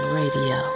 radio